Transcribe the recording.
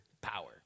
power